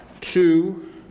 two